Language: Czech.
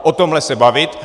O tomhle se bavit.